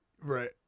Right